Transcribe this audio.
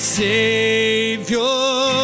savior